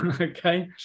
Okay